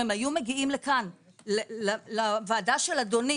אם הם היו מגיעים לכאן לוועדה של אדוני